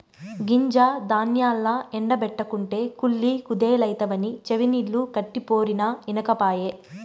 గింజ ధాన్యాల్ల ఎండ బెట్టకుంటే కుళ్ళి కుదేలైతవని చెవినిల్లు కట్టిపోరినా ఇనకపాయె